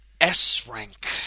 S-Rank